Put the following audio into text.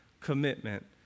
commitment